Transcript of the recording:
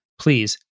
Please